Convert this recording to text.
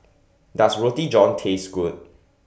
Does Roti John Taste Good